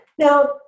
Now